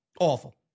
Awful